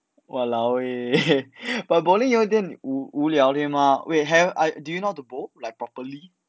!walao! eh but bowling you all very damn 无无聊对吗 wait haven~ I do you know how to play bowl like properly